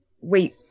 wait